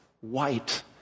white